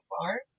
far